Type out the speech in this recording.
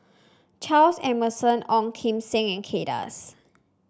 Charles Emmerson Ong Kim Seng and Kay Das